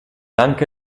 anche